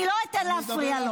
אני לא אתן להפריע לו.